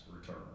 return